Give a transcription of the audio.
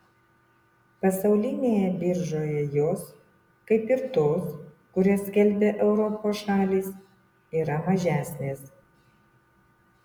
pasaulinėje biržoje jos kaip ir tos kurias skelbia europos šalys yra mažesnės